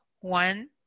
one